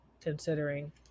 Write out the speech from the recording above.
considering